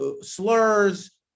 slurs